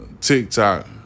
TikTok